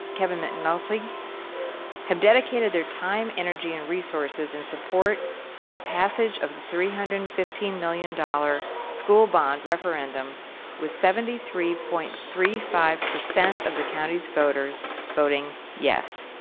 kevin mcnulty have dedicated their time, energy and resources in support of passage of the three hundred and fifteen million dollars school bond referendum with seventy three point three five of the county's voters voted yes,